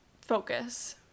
focus